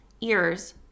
ears